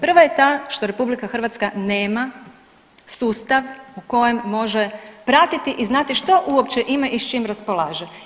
Prva je ta što RH nema sustav u kojem može pratiti i znati što uopće ima i s čim raspolaže.